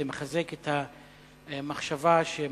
זה מחזק את המחשבה שמוח